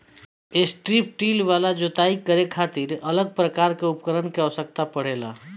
strip till वाला जोताई करे खातिर अलग प्रकार के उपकरण के आवस्यकता पड़ेला